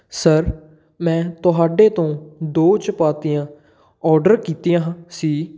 sir ਮੈਂ ਤੁਹਾਡੇ ਤੋਂ ਦੋ ਚਪਾਤੀਆਂ ਔਡਰ ਕੀਤੀਆਂ ਹਾ ਸੀ